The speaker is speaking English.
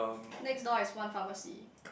next door is one pharmacy